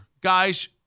guys